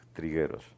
Trigueros